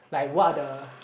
like what are the